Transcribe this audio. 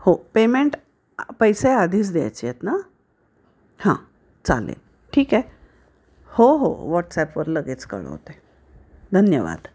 हो पेमेंट पैसे आधीच द्यायचे आहेत ना हां चालेल ठीक आहे हो हो व्हॉट्सॲपवर लगेच कळवते धन्यवाद